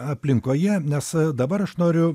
aplinkoje nes dabar aš noriu